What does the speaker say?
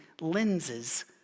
lenses